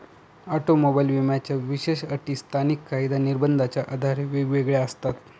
automobile विम्याच्या विशेष अटी स्थानिक कायदा निर्बंधाच्या आधारे वेगवेगळ्या असतात